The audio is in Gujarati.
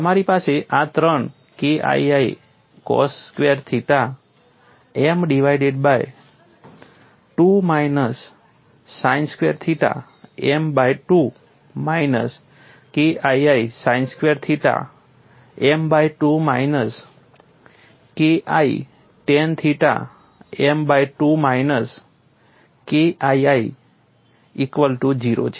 તમારી પાસે આ 3 KII cos square theta m divided by 2 minus sine square theta m by 2 minus KII sine square theta m by 2 minus KI tan theta m by 2 minus KII equal to 0 છે